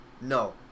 No